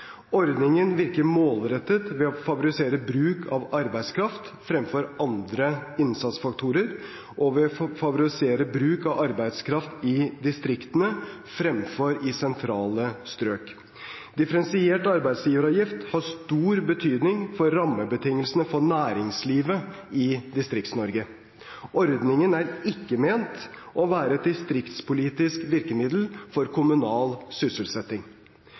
Ordningen virker målrettet ved å favorisere bruk av arbeidskraft fremfor andre innsatsfaktorer, og ved å favorisere bruk av arbeidskraft i distriktene fremfor i sentrale strøk. Differensiert arbeidsgiveravgift har stor betydning for rammebetingelsene for næringslivet i Distrikts-Norge. Ordningen er ikke ment å være et distriktspolitisk virkemiddel for kommunal sysselsetting.